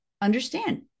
understand